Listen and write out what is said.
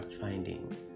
finding